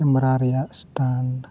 camera ᱨᱮᱭᱟᱜ stand